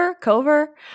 cover